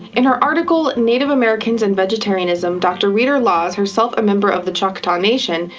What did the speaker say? in her article native americans and vegetarianism, dr. rita laws, herself a member of the choctaw nation,